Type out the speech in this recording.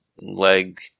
leg